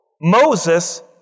Moses